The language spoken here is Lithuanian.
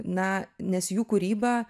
na nes jų kūryba